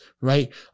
right